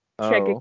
Check